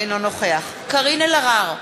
אינו נוכח קארין אלהרר,